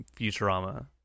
Futurama